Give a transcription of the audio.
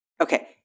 Okay